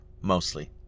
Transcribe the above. mostly